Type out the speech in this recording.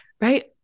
right